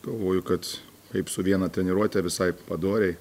galvoju kad kaip su viena treniruote visai padoriai